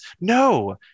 No